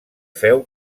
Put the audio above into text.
feu